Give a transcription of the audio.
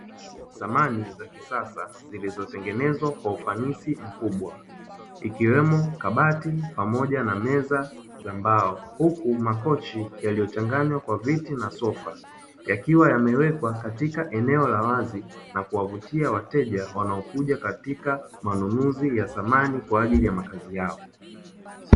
Samani za kisasa zilizotengenezwa kwa ufanisi mkubwa ikiwemo kabati pamoja na meza na mbao huku makochi yaliyochanganywa kwa viti na sofa yakiwa yamewekwa katika eneo la wazi na kuwavutia wateja wanaokuja katika manunuzi ya thamani kwa ajili ya makazi yao.